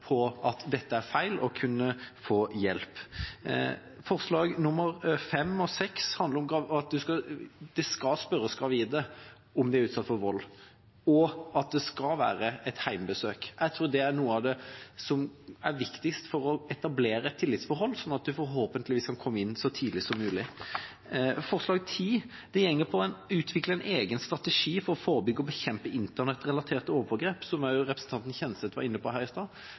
på at dette er feil og kunne få hjelp. V og VI handler om at man skal spørre gravide om de er utsatt for vold, og at det skal være et hjemmebesøk. Jeg tror at det er noe av det som er viktigst for å etablere et tillitsforhold, slik at man forhåpentligvis kan komme inn så tidlig som mulig. X handler om å utvikle en egen strategi for å forebygge og bekjempe internettrelaterte overgrep, som også representanten Kjenseth var inne på i stad.